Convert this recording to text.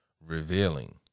revealing